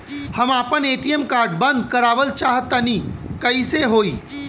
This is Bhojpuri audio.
हम आपन ए.टी.एम कार्ड बंद करावल चाह तनि कइसे होई?